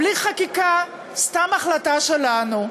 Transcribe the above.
בלי חקיקה, סתם החלטה שלנו.